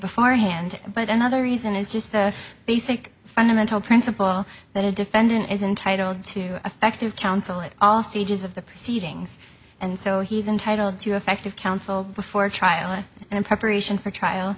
beforehand but another reason is just the basic fundamental principle that a defendant is entitled to effective counsel at all stages of the proceedings and so he's entitled to effective counsel before a trial and in preparation for trial